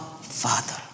Father